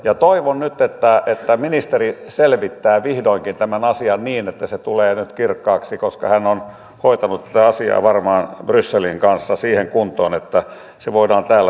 ja toivon nyt että ministeri selvittää vihdoinkin tämän asian niin että se tulee nyt kirkkaaksi koska hän on hoitanut tätä asiaa varmaan brysselin kanssa siihen kuntoon että se voidaan täällä nyt kertoa